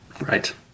Right